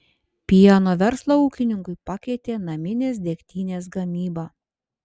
pieno verslą ūkininkui pakeitė naminės degtinės gamyba